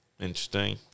Interesting